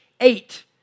eight